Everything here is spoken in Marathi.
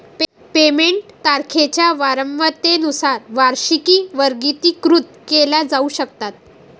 पेमेंट तारखांच्या वारंवारतेनुसार वार्षिकी वर्गीकृत केल्या जाऊ शकतात